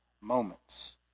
moments